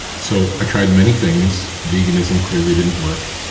so i tried many things. veganism clearly didn't work.